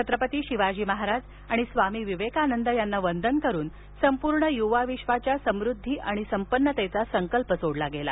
छत्रपती शिवाजी महाराज आणि स्वामी विवेकानंदांना त्रिवार वंदन करून संपूर्ण युवा विश्वाच्या समुद्धता आणि संपन्नतेचा संकल्प सोडला गेला